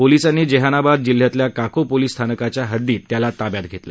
पोलिसांनी जेहानाबाद जिल्ह्यातल्या काको पोलिस स्थानकांच्या हद्दीत त्याला ताब्यात घेतलं